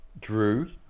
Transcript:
Drew